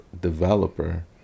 developer